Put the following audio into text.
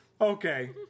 Okay